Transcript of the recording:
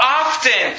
often